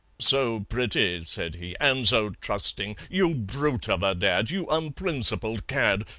so pretty, said he, and so trusting! you brute of a dad, you unprincipled cad,